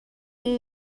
این